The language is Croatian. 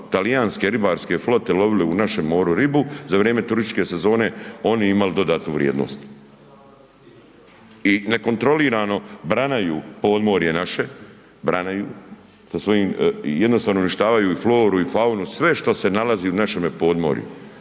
talijanske ribarske flote lovile u našem moru ribu za vrijeme turističke sezone, oni imali dodatnu vrijednost i nekontrolirano branaju podmorje naše, branaju, jednostavno uništavaju i floru i faunu, sve što se nalazi u našemu podmorju